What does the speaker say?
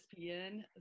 ESPN